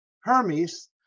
Hermes